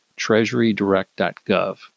treasurydirect.gov